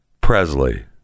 Presley